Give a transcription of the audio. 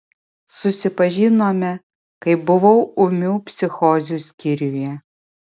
susipažinome kai buvau ūmių psichozių skyriuje